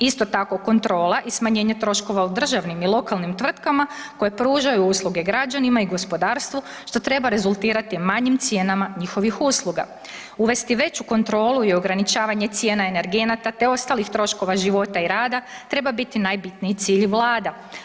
Isto tako kontrola i smanjenje troškova u državnim i lokalnim tvrtkama koje pružaju usluge građanima i gospodarstvu što treba rezultirati manjim cijenama njihovih usluga, uvesti veću kontrolu i ograničavanje cijena energenata te ostalih troškova života i rada treba biti najbitniji cilj vlada.